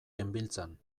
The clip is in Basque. genbiltzan